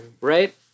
Right